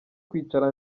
kwicara